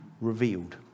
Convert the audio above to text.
revealed